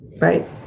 Right